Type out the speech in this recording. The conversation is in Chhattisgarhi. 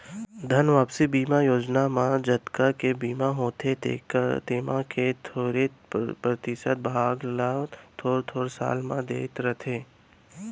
धन वापसी बीमा योजना म जतका के बीमा होथे तेमा के थोरे परतिसत भाग ल थोर थोर साल म देत रथें